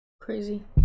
Crazy